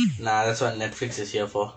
nah that's what Netflix is here for